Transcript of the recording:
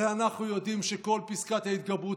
הרי אנחנו יודעים שכל פסקת ההתגברות,